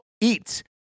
eat